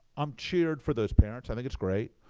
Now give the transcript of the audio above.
i'm cheered for those parents. i think it's great.